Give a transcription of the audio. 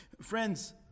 Friends